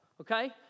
okay